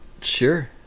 Sure